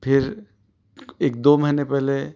پھر ایک دو مہینے پہلے